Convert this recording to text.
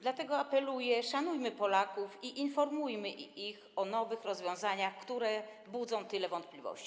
Dlatego apeluję: szanujmy Polaków i informujmy ich o nowych rozwiązaniach, które budzą tyle wątpliwości.